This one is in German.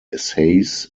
essays